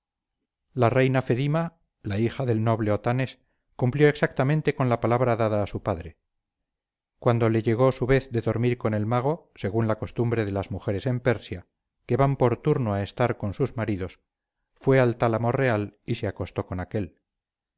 la reina fedima la hija del noble otanes cumplió exactamente con la palabra dada a su padre cuando le llegó su vez de dormir con el mago según la costumbre de las mujeres en persia que van por turno a estar con sus maridos fue al tálamo real y se acostó con aquél